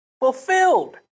fulfilled